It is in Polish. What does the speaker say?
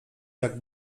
jak